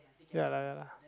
ya lah ya lah